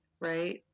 right